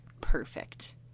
perfect